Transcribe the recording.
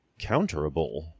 counterable